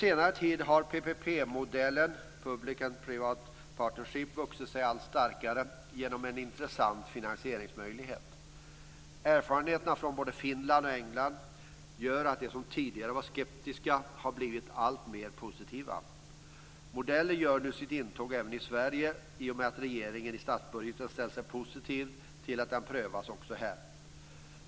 Private Partnership, vuxit sig allt starkare som en intressant finansieringsmöjlighet. Erfarenheterna från både Finland och England gör att de som tidigare varit skeptiska har blivit alltmer positiva. Modellen gör nu sitt intåg även i Sverige i och med att regeringen i statsbudgeten ställt sig positiv till att den prövas också här.